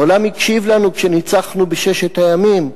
העולם הקשיב לנו כשניצחנו בששת הימים,